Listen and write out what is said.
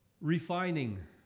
Refining